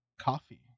coffee